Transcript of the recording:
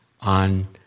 on